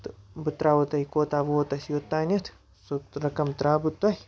تہٕ بہٕ ترٛاوَو تۄہہِ کوتاہ ووت اَسہِ یوٚتانٮ۪تھ سُہ رقم ترٛاو بہٕ تۄہہِ